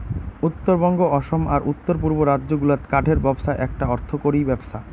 উত্তরবঙ্গ, অসম আর উত্তর পুব রাজ্য গুলাত কাঠের ব্যপছা এ্যাকটা অর্থকরী ব্যপছা